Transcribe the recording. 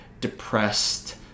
depressed